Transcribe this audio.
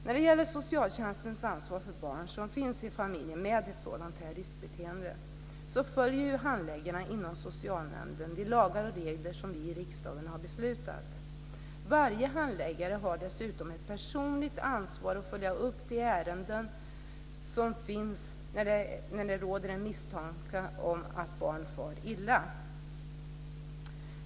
När det gäller socialtjänstens ansvar för barn som finns i familjer med ett sådant här riskbeteende följer handläggarna inom socialnämnden de lagar och regler som vi i riksdagen har beslutat. Varje handläggare har dessutom ett personligt ansvar för att följa upp de ärenden där det råder misstanke om att barn far illa.